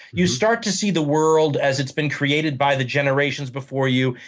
you start to see the world as it's been created by the generations before you.